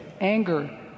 anger